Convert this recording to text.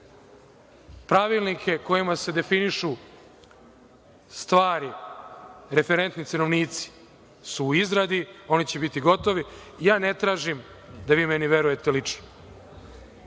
dva. Pravilnici kojima se definišu stari referentni cenovnici su izradi, oni će biti gotovi. Ja ne tražim da vi meni verujete lično.